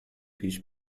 پیش